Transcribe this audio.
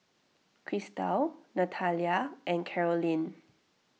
Christal Natalya and Karolyn